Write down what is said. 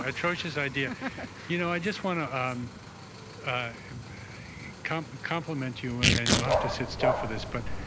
ah choice his idea you know i just want to um come complement you and you'll have to sit still for this but